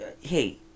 hey